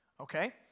Okay